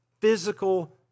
physical